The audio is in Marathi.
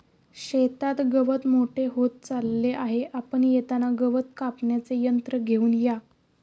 शेतात गवत मोठे होत चालले आहे, आपण येताना गवत कापण्याचे यंत्र घेऊन या